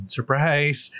Surprise